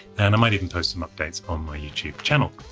and i might even post some updates on my youtube channel.